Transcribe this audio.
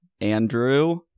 Andrew